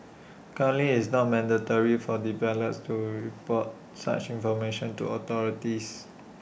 currently it's not mandatory for developers to report such information to authorities